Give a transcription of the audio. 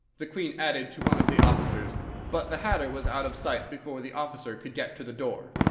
the queen added to one of the officers but the hatter was out of sight before the officer could get to the door.